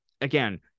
again